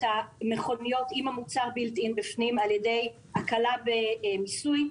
המכוניות עם המוצר בילט-אין על ידי הקלה במיסוי.